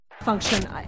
function